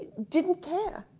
didn't care.